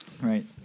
Right